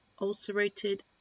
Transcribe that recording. ulcerated